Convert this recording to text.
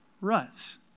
ruts